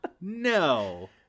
No